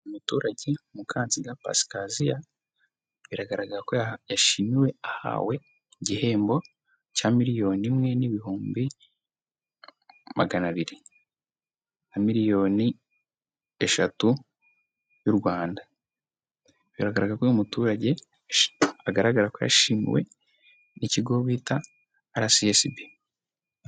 Umuturage Mukanziga Pasikaziya biragaragara ko yashimiwe, ahawe igihembo cya miliyoni imwe n' ibihumbi magana abiri na miliyoni eshatu y'u Rwanda, biragaragara ko uyu muturage bigaragara ko yashimiwe ni ikigo bita RSSB.